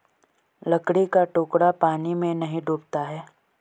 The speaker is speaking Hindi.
लकड़ी का टुकड़ा पानी में नहीं डूबता है